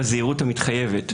בזהירות המתחייבת.